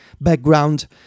background